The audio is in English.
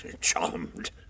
Charmed